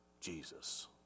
Jesus